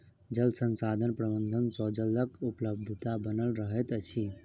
जल संसाधन प्रबंधन सँ जलक उपलब्धता बनल रहैत अछि